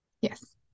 Yes